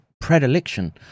predilection